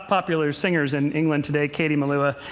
popular singers in england today, katie melua.